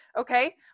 Okay